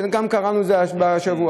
שגם קראנו השבוע,